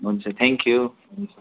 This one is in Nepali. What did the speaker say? हुन्छ थ्याङ्क यु